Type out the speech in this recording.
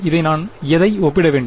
இதை நான் எதை ஒப்பிட வேண்டும்